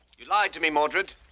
you lied to me, mordred.